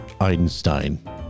Einstein